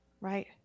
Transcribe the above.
Right